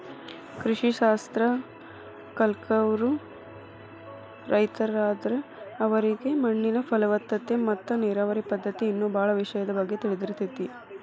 ಕೃಷಿ ಶಾಸ್ತ್ರ ಕಲ್ತವ್ರು ರೈತರಾದ್ರ ಅವರಿಗೆ ಮಣ್ಣಿನ ಫಲವತ್ತತೆ ಮತ್ತ ನೇರಾವರಿ ಪದ್ಧತಿ ಇನ್ನೂ ಬಾಳ ವಿಷಯದ ಬಗ್ಗೆ ತಿಳದಿರ್ತೇತಿ